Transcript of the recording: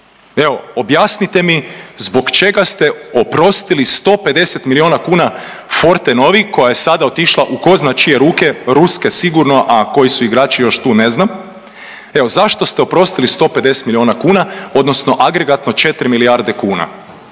Evo, objasnite mi zbog čega ste oprostili 150 milijuna kuna Fortenovi koja je sada otišla u tko zna čije ruke, ruske sigurno, a koji su igrači još tu ne znam. Evo zašto ste oprostili 150 milijuna kuna odnosno agregatno 4 milijarde kuna?